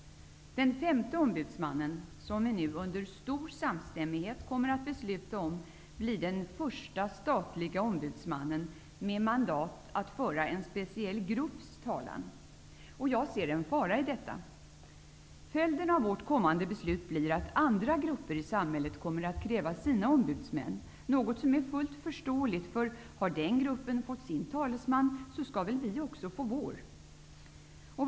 Den femte ombudsmannen, som vi nu under stor samstämmighet kommer att besluta om, blir den första statliga ombudsmannen med mandat att föra en speciell grupps talan. Jag ser en fara i detta. Följden av vårt kommande beslut blir att andra grupper i samhället kommer att kräva sina ombudsmän. Det är fullt förståeligt. Om en grupp har fått sin talesman, vill en annan också ha sin.